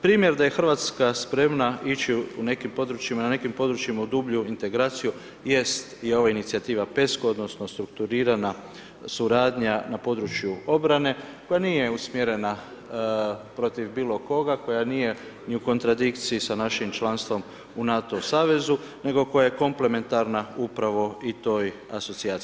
Primjer da je Hrvatska spremna ići u nekim područjima, na nekim područjima u dublju integraciju jest i ova inicijativa PESCO odnosno strukturiranja suradnja na području obrane koja nije usmjerena protiv bilo koga, koja nije ni u kontradikciji sa našim članstvom u NATO savezu nego koja je komplementarna upravo i toj asocijaciji.